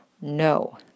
No